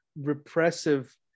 repressive